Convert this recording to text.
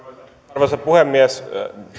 arvoisa puhemies